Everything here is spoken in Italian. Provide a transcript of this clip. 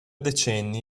decenni